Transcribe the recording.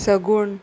सगूण